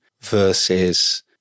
versus